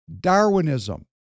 Darwinism